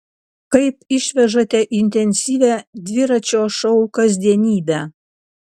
kaip išvežate intensyvią dviračio šou kasdienybę